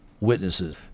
witnesses